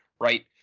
right